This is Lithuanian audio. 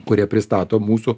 kurie pristato mūsų